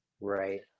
Right